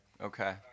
Okay